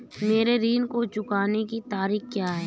मेरे ऋण को चुकाने की तारीख़ क्या है?